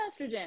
estrogen